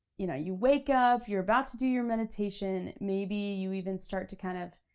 you know you wake up, you're about to do your meditation, maybe you even start to kind of,